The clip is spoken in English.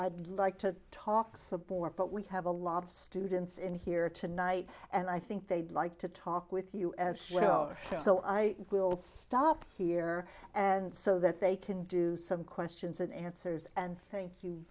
i'd like to talk support but we have a lot of students in here tonight and i think they'd like to talk with you as well so i will stop here and so that they can do some questions and answers and thank you